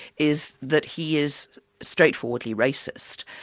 is that he is straightforwardly racist,